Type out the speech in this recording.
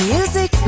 Music